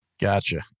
Gotcha